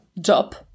job